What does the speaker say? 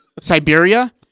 Siberia